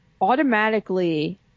automatically